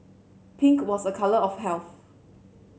pink was a colour of health